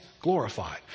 glorified